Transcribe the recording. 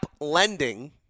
Lending